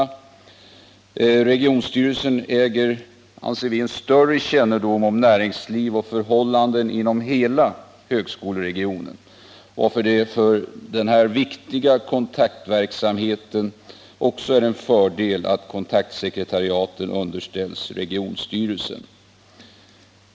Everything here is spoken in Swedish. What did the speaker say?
Vi anser att regionstyrelserna äger en större kännedom om näringsliv och förhållanden inom hela högskoleregionen, varför det för denna viktiga kontaktverksamhet också är en fördel att kontaktsekretariaten underställs regionstyrelserna.